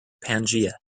pangaea